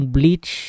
Bleach